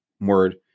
word